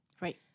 right